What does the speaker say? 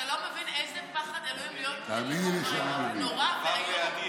אתה לא מבין איזה פחד אלוהים לחיות, נורא ואיום.